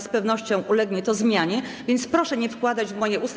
Z pewnością ulegnie to zmianie, więc proszę nie wkładać w moje usta.